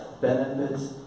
benefits